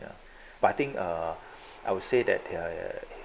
ya but I think err I would say that they are